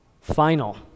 final